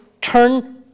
turn